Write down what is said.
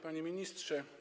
Panie Ministrze!